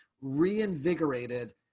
reinvigorated